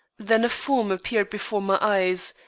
then a form appeared before my eyes,